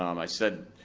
um i said,